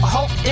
Hope